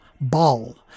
Ball